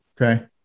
Okay